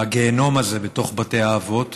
הגיהינום הזה בתוך בתי האבות,